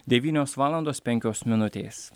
devynios valandos penkios minutės